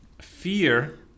fear